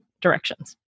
directions